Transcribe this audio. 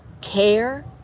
care